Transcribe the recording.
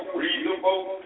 reasonable